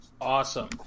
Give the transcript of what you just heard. Awesome